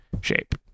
shape